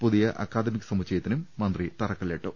പുതിയ അക്കാദമിക് സമുച്ചയത്തിനും മന്ത്രി തറക്കല്ലിട്ടു